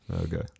Okay